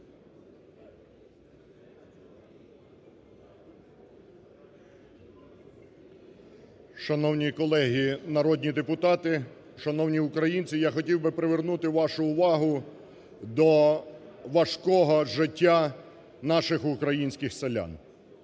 Шановні колеги народні депутати! Шановні українці! Я хотів би привернути вашу увагу до важкого життя наших українських селян.